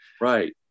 right